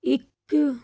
ਇੱਕ